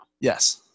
Yes